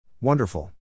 Wonderful